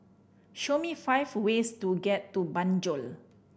show me five ways to get to Banjul